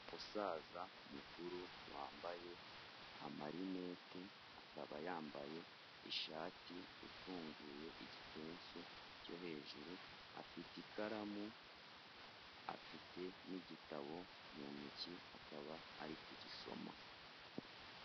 Umusaza mukuru wambaye amarinete akaba yambaye ishati ifunguye igipesu cyo hejuru, afite ikaramu afite n'igitabo mu ntoki akaba ari kugisoma.